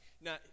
Now